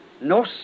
No